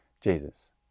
Jesus